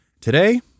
Today